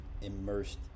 immersed